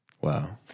Wow